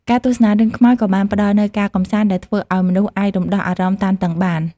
ការទស្សនារឿងខ្មោចក៏បានផ្តល់នូវការកម្សាន្តដែលធ្វើឲ្យមនុស្សអាចរំដោះអារម្មណ៍តានតឹងបាន។